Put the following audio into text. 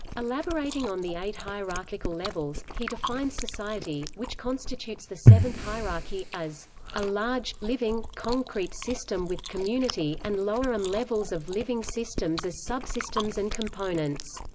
elaborating on the eight hierarchical levels, he defines society, which constitutes the seventh hierarchy, as a large, living, concrete system with and lower am levels of living systems as subsystems and components.